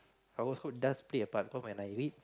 horoscope does play a part because when I read